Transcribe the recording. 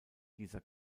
dieser